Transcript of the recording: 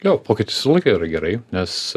gal pokytis visą laiką yra gerai nes